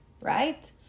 right